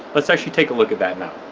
let's actually take a look at that now.